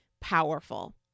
powerful